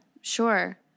Sure